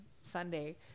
Sunday